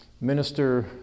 minister